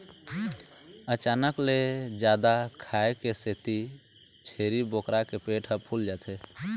अचानक ले जादा खाए के सेती छेरी बोकरा के पेट ह फूल जाथे